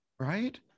Right